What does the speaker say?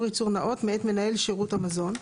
ייצור נאות מאת מנהל שירות המזון,